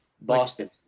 Boston